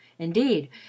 indeed